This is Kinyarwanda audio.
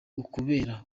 ukubera